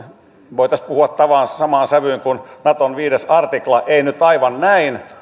voitaisiin puhua tavallaan samaan sävyyn kuin naton viidennestä artiklasta ei nyt aivan näin